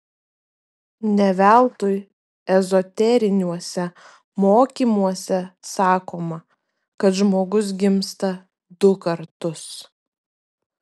ne veltui ezoteriniuose mokymuose sakoma kad žmogus gimsta du kartus